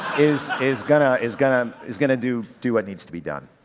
is, is gonna, is gonna is gonna do, do what needs to be done.